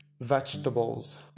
vegetables